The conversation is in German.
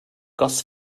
goss